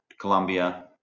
Colombia